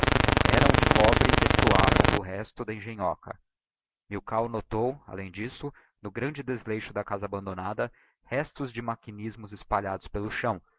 eram de cobre e destoavam do resto da engenhoca milkau notou além d'isso no grande desleixo da casa abandonada restos de machinismos espalhados pelo chão